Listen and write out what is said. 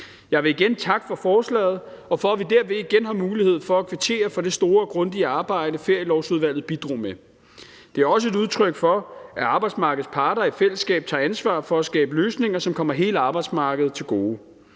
Jeg vil igen takke for forslaget og for, at vi derved igen har mulighed for at kvittere for det store og grundige arbejde, som ferielovudvalget bidrog med. Det er også et udtryk for, at arbejdsmarkedets parter i fællesskab tager ansvar for at skabe løsninger, som kommer hele arbejdsmarkedet til gode.